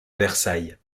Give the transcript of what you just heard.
versailles